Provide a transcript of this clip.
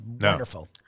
wonderful